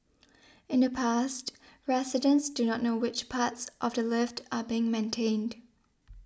in the past residents do not know which parts of the lift are being maintained